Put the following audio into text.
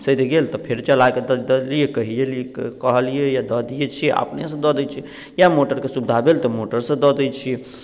सधि गेल तऽ फेर चला के दऽ देलियै कहलियै या दऽ दै छियै या अपने सँ दऽ दै छियै या मोटर के सुविधा भेल तऽ मोटरसँ दऽ दै छियै